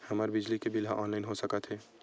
हमर बिजली के बिल ह ऑनलाइन हो सकत हे?